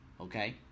Okay